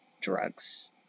drugs